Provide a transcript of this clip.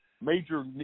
major